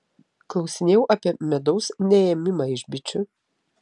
klausinėjau apie medaus neėmimą iš bičių